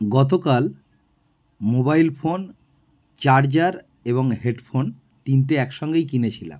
গতকাল mobile phone charger এবং headphone তিনটে একসঙ্গেই কিনেছিলাম